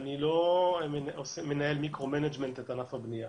אני לא מנהל את ענף הבנייה